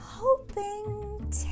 Hoping